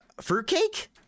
fruitcake